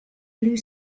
blue